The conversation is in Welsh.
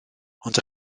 ond